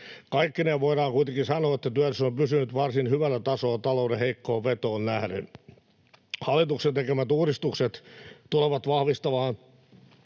Kaikkineen voidaan kuitenkin sanoa, että työllisyys on pysynyt varsin hyvällä tasolla talouden heikkoon vetoon nähden. Hallituksen tekemät uudistukset tulevat vahvistamaan